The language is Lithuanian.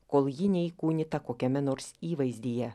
kol ji neįkūnyta kokiame nors įvaizdyje